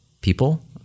people